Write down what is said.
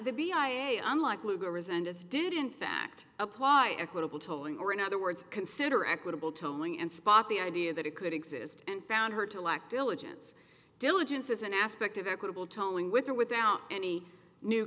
the b i am likely to resent this did in fact apply equitable towing or in other words consider equitable towing and spot the idea that it could exist and found her to lack diligence diligence is an aspect of equitable towing with or without any new